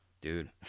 dude